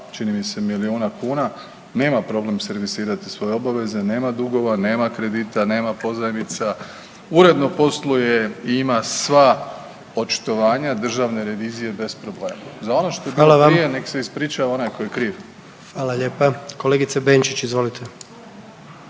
čini mi se milijuna kuna, nema problem servisirati svoje obaveze, nema dugova, nema kredita, nema pozajmica, uredno posluje i ima sva očitovanja državne revizije bez problema…/Upadica: Hvala vam/…. Za ono što je bilo prije nek se ispriča onaj tko je kriv. **Jandroković, Gordan (HDZ)** Hvala lijepa. Kolegice Benčić, izvolite.